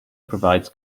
provides